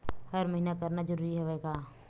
हर महीना करना जरूरी हवय का?